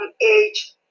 age